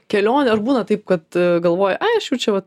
kelionių ar būna taip kad galvoji ai aš jau čia vat